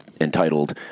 entitled